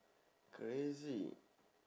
crazy